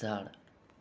झाड